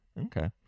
Okay